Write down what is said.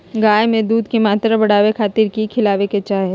गाय में दूध के मात्रा बढ़ावे खातिर कि खिलावे के चाही?